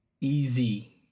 Easy